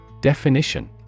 Definition